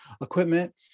equipment